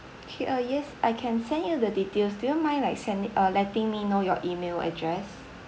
okay uh yes I can send you the details do you mind like sending uh letting me know your email address